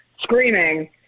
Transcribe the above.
screaming